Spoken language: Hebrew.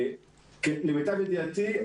למיטב ידיעתי,